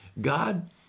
God